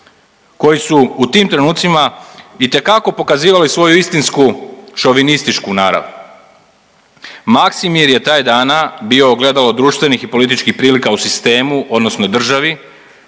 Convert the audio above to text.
koji su u tim trenucima itekako pokazivali svoju istinsku šovinističku narav. Maksimir je taj dana bio ogledalo društvenih i političkih prilika u sistemu odnosno državi